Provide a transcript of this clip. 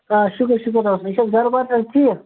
آ شُکر شُکُر رۄبس کُن یہِ چھا حظ گر بار چھا حظ ٹھیٖک